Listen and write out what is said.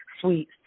Sweet